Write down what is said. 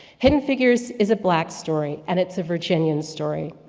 hidden figures is a black story, and it's a virginian story,